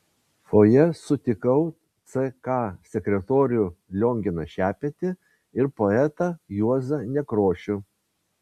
fojė sutikau ck sekretorių lionginą šepetį ir poetą juozą nekrošių